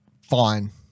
fine